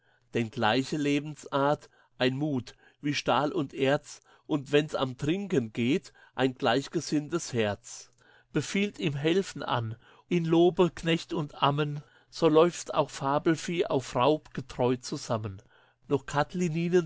denn gleiche lebensart ein mut wie stahl und erz und wenn's am trinken geht ein gleichgesinntes herz befiehlt ihm helfen an ihn lobe knecht und ammen so läuft auch fabelvieh auf raub getreu beisammen noch